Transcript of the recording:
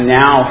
now